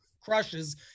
crushes